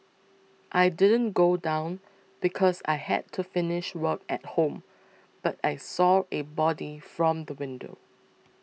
I didn't go down because I had to finish work at home but I saw a body from the window